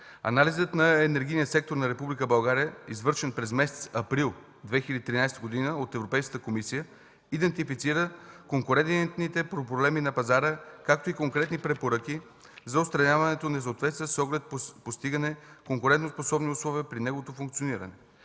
анализът на енергийния сектор на Република България, извършен през месец април 2013 г. от Европейската комисия, идентифицира конкурентните проблеми на пазара, както и конкретни препоръки за отстраняване несъответствията с оглед постигане конкурентоспособни условия при неговото функциониране.